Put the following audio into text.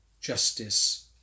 justice